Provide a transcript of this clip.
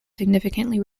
significantly